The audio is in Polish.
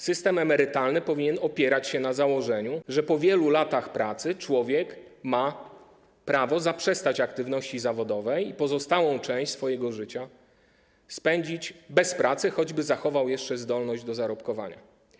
System emerytalny powinien opierać się na założeniu, że po wielu latach pracy człowiek ma prawo zaprzestać aktywności zawodowej i pozostałą część swojego życia spędzić bez pracy, choćby zachował jeszcze zdolność do zarobkowania.